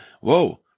whoa